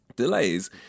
delays